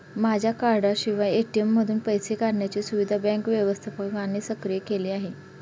माझ्या कार्डाशिवाय ए.टी.एम मधून पैसे काढण्याची सुविधा बँक व्यवस्थापकाने सक्रिय केली आहे